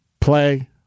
play